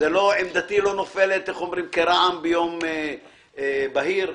עמדתי לא נופלת כרעם ביום בהיר,